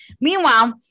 Meanwhile